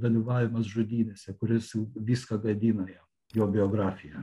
dalyvavimas žudynėse kuris viską gadina jam jo biografiją